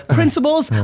principles.